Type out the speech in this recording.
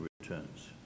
returns